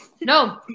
No